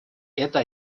это